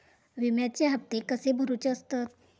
विम्याचे हप्ते कसे भरुचे असतत?